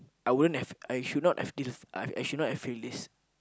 I wouldn't have I should not have I should not have feelings